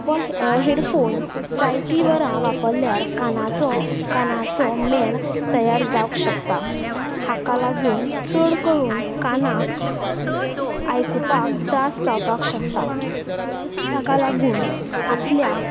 हे हेडफोन जायती वरां वापरल्यार कानाचो कानाचो मॅण तयार जावंक शकता हाका लागून चड करून कानाक आयकुपाक त्रास जावपाक शकता ताका लागून आपल्या